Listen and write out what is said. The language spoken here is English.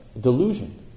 delusion